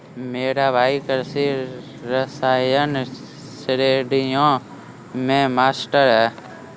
मेरा भाई कृषि रसायन श्रेणियों में मास्टर है